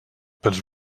pels